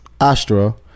Astra